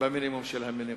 במינימום של המינימום.